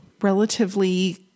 relatively